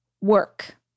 work